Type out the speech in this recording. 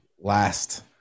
last